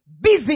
Busy